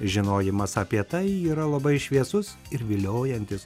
žinojimas apie tai yra labai šviesus ir viliojantis